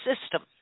system